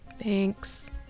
Thanks